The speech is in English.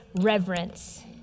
reverence